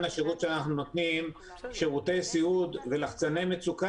השירות שאנחנו נותנים שירותי סיעוד ולחצני מצוקה,